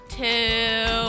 two